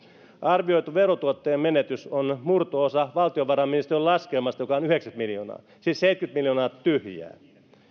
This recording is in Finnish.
arvioitu verotuottojen menetys on murto osa valtiovarainministeriön laskelmasta joka on yhdeksänkymmentä miljoonaa siis seitsemänkymmentä miljoonaa tyhjää